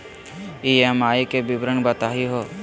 EMI के विवरण बताही हो?